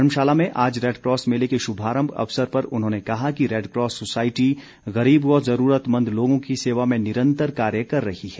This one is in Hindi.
धर्मशाला में आज रेडक्रॉस मेले के श्भारम्भ अवसर पर उन्होंने कहा कि रेडक्रॉस सोसायटी गरीब व जरूरतमंद लोगों की सेवा में निरंतर कार्य कर रही है